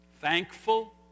Thankful